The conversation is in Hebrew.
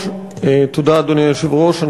אדוני היושב-ראש,